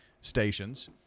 stations